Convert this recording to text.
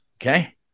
okay